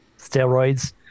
steroids